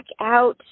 out